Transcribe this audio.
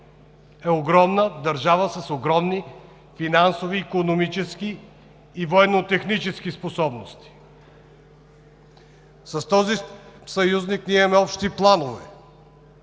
е огромна държава с огромни финансови, икономически и военно-технически способности. С този съюзник ние имаме общи планове,